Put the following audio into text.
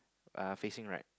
uh facing right